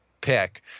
pick